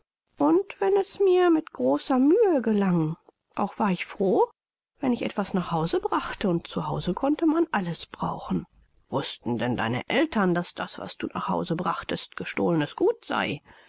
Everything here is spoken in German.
und wenn es mir mit großer mühe gelang auch war ich froh wenn ich etwas nach hause brachte und zu hause konnte man alles brauchen präsident wußten denn deine eltern daß das was du nach hause brachtest gestohlenes gut sei